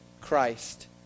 Christ